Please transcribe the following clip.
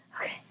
okay